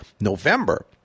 November